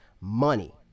money